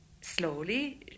slowly